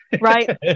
right